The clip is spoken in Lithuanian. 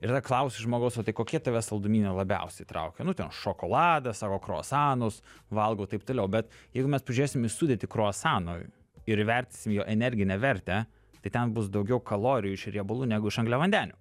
ir tada klausi žmogaus o tai kokie tavę saldumynai labiausiai traukia nu ten šokoladas sako kruasanus valgau taip toliau bet jeigu mes pažiūrėsim į sudėtį kruasano ir įvertinsim jo energinę vertę tai ten bus daugiau kalorijų iš riebalų negu iš angliavandenių